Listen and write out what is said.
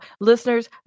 listeners